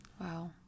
Wow